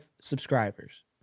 subscribers